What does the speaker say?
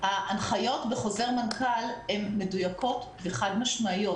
ההנחיות בחוזר מנכ"ל הן מדויקות וחד-משמעיות.